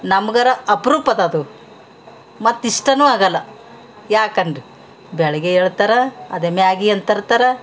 ನಮ್ಗರ ಅಪ್ರೂಪದ್ದು ಅದು ಮತ್ತು ಇಷ್ಟನು ಆಗಲ್ಲ ಯಾಕನ್ರಿ ಬೆಳಿಗ್ಗೆ ಏಳ್ತಾರ ಅದೇ ಮ್ಯಾಗಿ ಅನ್ ತರ್ತಾರ